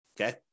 okay